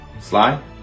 Sly